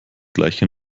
gleiche